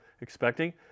expecting